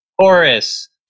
chorus